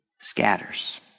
scatters